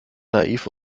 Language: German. naiv